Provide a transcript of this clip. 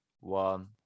one